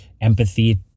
empathy